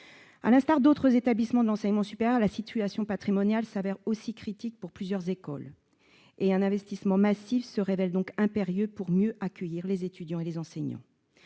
À l'instar d'autres établissements de l'enseignement supérieur, la situation patrimoniale s'avère aussi critique pour plusieurs écoles et un investissement massif se révèle donc impérieux pour mieux accueillir les étudiants et les enseignants.